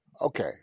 Okay